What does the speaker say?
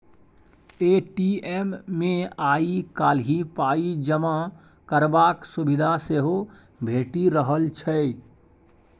ATM मे आइ काल्हि पाइ जमा करबाक सुविधा सेहो भेटि रहल छै